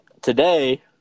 today